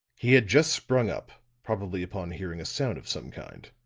he had just sprung up, probably upon hearing a sound of some kind.